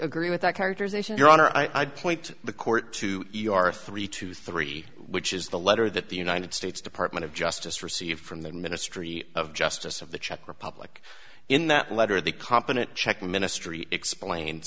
agree with that characterization your honor i'd point the court to e r three two three which is the letter that the united states department of justice received from the ministry of justice of the czech republic in that letter the competent czech ministry explain